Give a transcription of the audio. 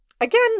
again